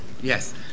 Yes